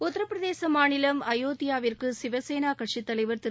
உத்தரப்பிரதேச மாநிலம் அயோத்தியாவிற்கு சிவசேனா கட்சி தலைவர் திரு